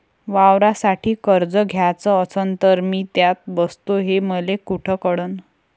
वावरासाठी कर्ज घ्याचं असन तर मी त्यात बसतो हे मले कुठ कळन?